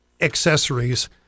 accessories